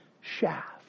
shaft